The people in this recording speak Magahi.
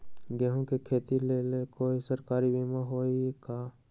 गेंहू के खेती के लेल कोइ सरकारी बीमा होईअ का?